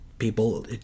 people